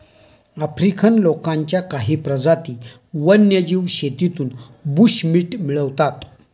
African लोकांच्या काही प्रजाती वन्यजीव शेतीतून बुशमीट मिळवतात